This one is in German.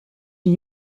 die